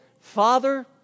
Father